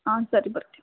ಹಾಂ ಸರಿ ಬರ್ತೀವಿ